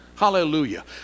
Hallelujah